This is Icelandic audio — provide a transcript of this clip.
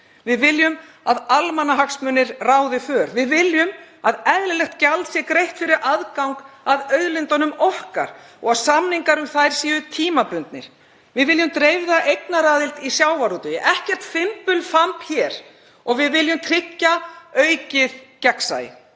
Við viljum að almannahagsmunir ráði för. Við viljum að eðlilegt gjald sé greitt fyrir aðgang að auðlindunum okkar og að samningar um þær séu tímabundnir. Við viljum dreifða eignaraðild í sjávarútvegi, ekkert fimbulfamb hér. Við viljum tryggja aukið gegnsæi.